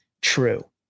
true